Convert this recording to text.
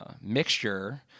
mixture